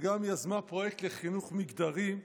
וגם יזמה פרויקט לחינוך מגדרי,